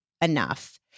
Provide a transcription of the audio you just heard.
enough